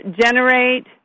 generate